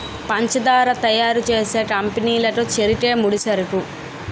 పంచదార తయారు చేసే కంపెనీ లకు చెరుకే ముడిసరుకు